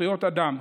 זכויות אדם,